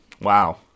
wow